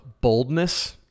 boldness